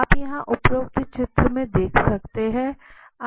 आप यहाँ उपरोक्त चित्र में देख सकते हैं